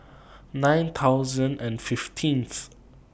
nine thousand and fifteenth